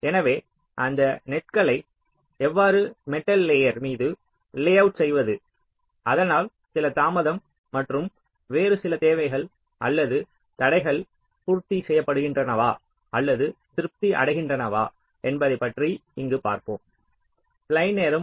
எனவே அந்த நெட்ஸ்களை எவ்வாறு மெட்டல் லேயர் மீது லேஅவுட் செய்வது அதனால் சில தாமதம் மற்றும் வேறு சில தேவைகள் அல்லது தடைகள் பூர்த்தி செய்யப்படுகின்றனவா அல்லது திருப்தி அடைகின்றனவா என்பதைப்பற்றி இங்கு பார்ப்போம்